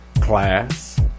Class